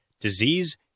disease